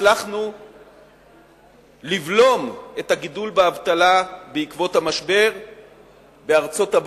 הצלחנו לבלום את הגידול באבטלה בעקבות המשבר בארצות-הברית,